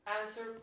answer